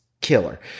killer